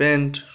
pant